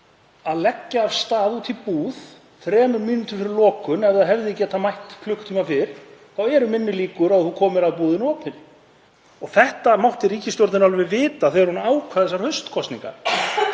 að leggja af stað út í búð þremur mínútum fyrir lokun, þótt það hefði getað mætt klukkutíma fyrr, eru minni líkur á að það komi að búðinni opinni. Þetta mátti ríkisstjórnin alveg vita þegar hún ákvað haustkosningar.